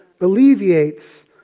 alleviates